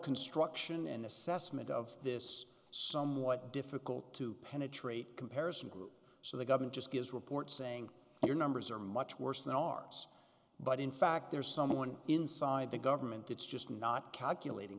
construction and assessment of this somewhat difficult to penetrate comparison group so the government just gives reports saying your numbers are much worse than ours but in fact there's someone inside the government that's just not calculating